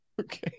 Okay